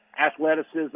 athleticism